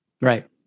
Right